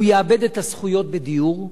הוא יאבד את הזכויות בדיור,